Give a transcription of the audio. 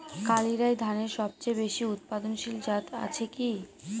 কালিরাই ধানের সবচেয়ে বেশি উৎপাদনশীল জাত আছে কি?